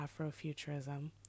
Afrofuturism